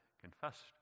confessed